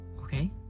okay